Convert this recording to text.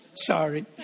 Sorry